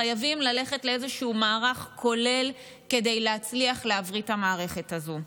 חייבים ללכת לאיזשהו מערך כולל כדי להצליח להבריא את המערכת הזאת.